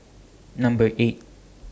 Number eight